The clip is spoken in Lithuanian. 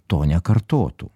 to nekartotų